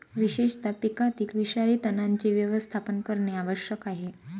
विशेषतः पिकातील विषारी तणांचे व्यवस्थापन करणे आवश्यक आहे